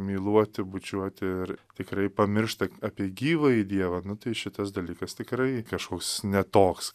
myluoti bučiuoti ir tikrai pamiršta apie gyvąjį dievą nu tai šitas dalykas tikrai kažkoks ne toks